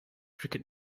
cricket